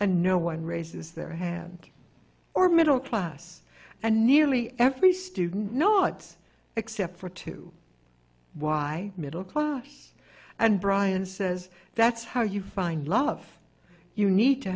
and no one raises their hand or middle class and nearly every student know what except for to why middle class and brian says that's how you find love you need to